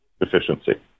efficiency